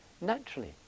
Naturally